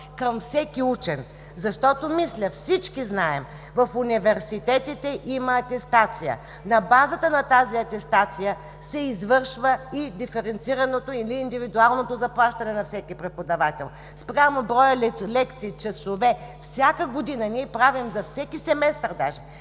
към всеки учен. Защото, мисля, всички знаем, в университетите има атестация, на базата на която се извършва и диференцираното или индивидуалното заплащане на всеки преподавател спрямо броя лекции, часове. Всяка година ние правим за всеки семестър даже